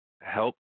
help